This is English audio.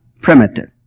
primitive